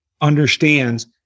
understands